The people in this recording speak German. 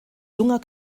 junger